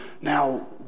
now